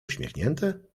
uśmiechnięte